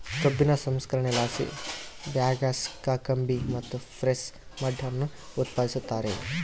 ಕಬ್ಬಿನ ಸಂಸ್ಕರಣೆಲಾಸಿ ಬಗ್ಯಾಸ್, ಕಾಕಂಬಿ ಮತ್ತು ಪ್ರೆಸ್ ಮಡ್ ಅನ್ನು ಉತ್ಪಾದಿಸುತ್ತಾರೆ